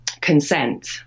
consent